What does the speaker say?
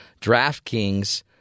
DraftKings